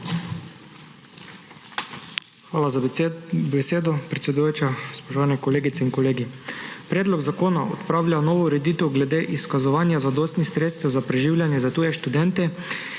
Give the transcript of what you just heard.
Hvala za besedo, predsedujoča. Spoštovani kolegice in kolegi! Predlog zakona odpravlja novo ureditev glede izkazovanja zadostnih sredstev za preživljanje za tuje študente,